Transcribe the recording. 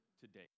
today